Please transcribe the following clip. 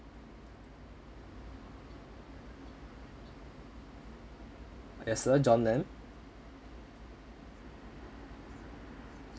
yes sir john lam